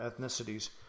ethnicities